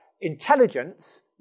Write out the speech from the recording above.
intelligence